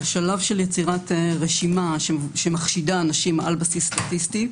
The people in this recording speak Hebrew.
בשלב של יצירת רשימה שמחשידה אנשים על בסיס סטטיסטי,